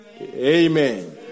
Amen